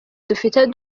dufite